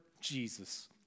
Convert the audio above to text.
Jesus